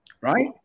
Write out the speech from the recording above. right